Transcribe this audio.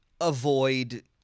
avoid